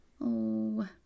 Oh